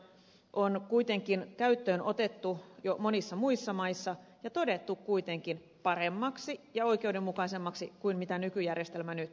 käännetty arvonlisäverojärjestelmä on kuitenkin käyttöön otettu jo monissa muissa maissa ja todettu kuitenkin paremmaksi ja oikeudenmukaisemmaksi kuin mitä nykyjärjestelmä nyt on